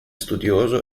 studioso